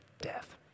death